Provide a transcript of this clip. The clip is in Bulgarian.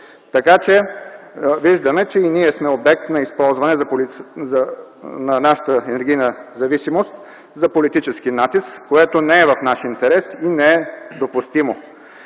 Грузия. Виждаме, че и ние сме обект на използване на нашата енергийна зависимост за политически натиск, което не е в наш интерес и не е допустимо.